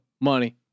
money